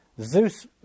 Zeus